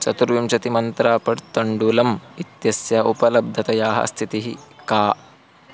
चतुर्विंशतिमन्त्रा पट् तण्डुलम् इत्यस्य उपलब्धतायाः स्थितिः का